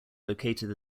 located